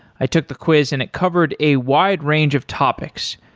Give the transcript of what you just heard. i took the quiz and it covered a wide range of topics,